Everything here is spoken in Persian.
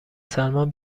سلمان